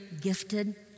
gifted